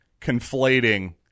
conflating